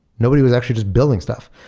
nobody was actually just building stuff.